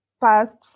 past